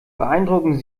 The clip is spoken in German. beeindrucken